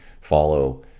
follow